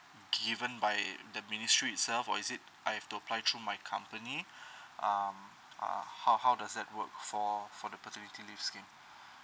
given by the ministry itself or is it I have to apply through my company um uh how how does that work for for the paternity leave scheme